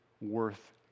worth